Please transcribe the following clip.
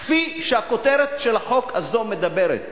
כפי שהכותרת של החוק הזה מדברת: